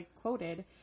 quoted